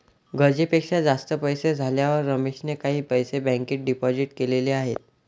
गरजेपेक्षा जास्त पैसे झाल्यावर रमेशने काही पैसे बँकेत डिपोजित केलेले आहेत